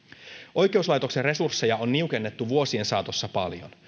oikeuslaitoksen resursseja on niukennettu vuosien saatossa paljon